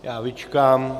Já vyčkám.